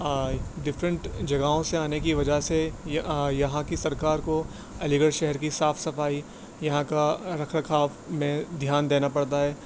different جگہوں سے آنے کی وجہ سے یہاں کی سرکار کو علی گڑھ شہر کی صاف صفائی یہاں کا رکھ رکھاؤ میں دھیان دینا پڑتا ہے